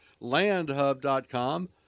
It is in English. LandHub.com